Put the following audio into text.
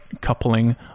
coupling